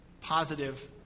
positive